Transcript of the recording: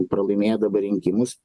pralaimėjo dabar rinkimus